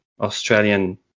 Australian